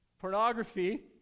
pornography